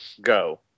go